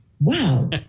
wow